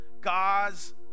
god's